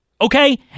Okay